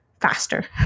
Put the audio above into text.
faster